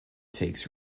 takes